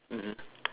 mmhmm